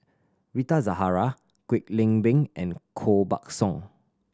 Rita Zahara Kwek Leng Beng and Koh Buck Song